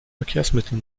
verkehrsmitteln